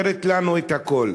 אומרים לנו את הכול.